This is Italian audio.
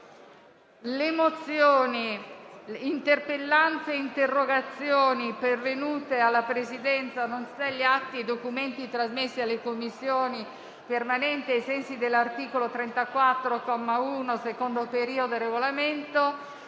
Le mozioni, le interpellanze e le interrogazioni pervenute alla Presidenza, nonché gli atti e i documenti trasmessi alle Commissioni permanenti ai sensi dell'articolo 34, comma 1, secondo periodo, del Regolamento